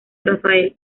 rafael